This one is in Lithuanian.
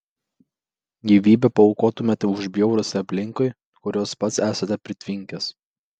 gyvybę paaukotumėte už bjaurastį aplinkui kurios pats esate pritvinkęs